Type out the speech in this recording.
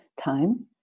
time